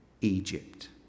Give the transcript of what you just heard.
Egypt